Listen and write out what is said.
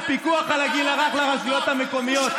לפיקוח על הגיל הרך ברשויות המקומיות.